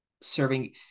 serving